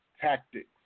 tactics